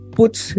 puts